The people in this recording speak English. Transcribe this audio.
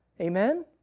amen